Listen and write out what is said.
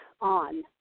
on